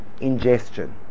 ingestion